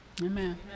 Amen